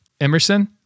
Emerson